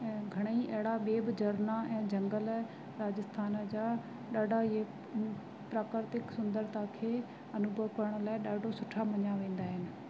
ऐं घणेई अहिड़ा ॿिए बि झरिणो ऐं झंगल राजस्थान जा ॾाढा इहे प्राकृतिक सुंदरता खे अनुभव करण लाइ ॾाढा सुठा मञिया वेंदा आहिनि